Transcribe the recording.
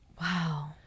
Wow